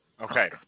Okay